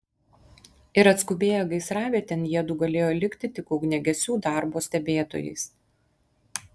ir atskubėję gaisravietėn jiedu galėjo likti tik ugniagesių darbo stebėtojais